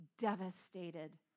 devastated